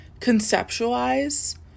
conceptualize